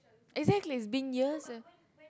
exactly it's been years